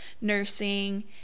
nursing